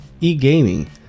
e-gaming